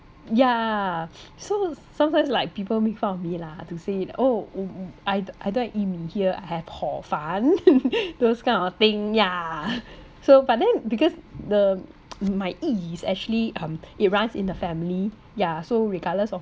yeah so sometimes like people make fun of me lah to say oh I I don't have yi mein here I have hor fun those kind of thing ya so but then because the my yi is actually um it runs in the family ya so regardless of